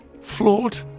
flawed